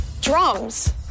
Drums